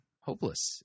hopeless